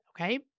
Okay